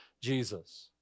Jesus